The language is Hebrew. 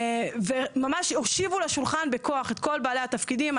וממש הושיבו לשולחן בכוח את כל בעלי התפקידים,